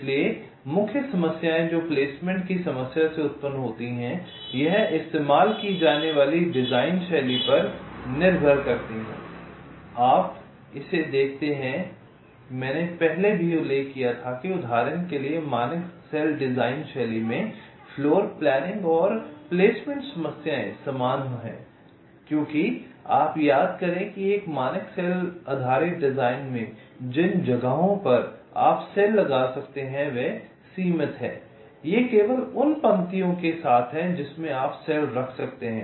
इसलिए मुख्य समस्याएं जो प्लेसमेंट की समस्या से उत्पन्न होती हैं यह इस्तेमाल की जाने वाली डिजाइन शैली पर निर्भर करती है आप इसे देखते हैं मैंने पहले भी उल्लेख किया था कि उदाहरण के लिए मानक सेल डिज़ाइन शैली में फ़्लोरप्लनिंग और प्लेसमेंट समस्याएं समान हैं क्योंकि आप याद करें कि एक मानक सेल आधारित डिजाइन में जिन जगहों पर आप सेल लगा सकते हैं वे सीमित हैं यह केवल उन पंक्तियों के साथ है जिसमें आप सेल रख सकते हैं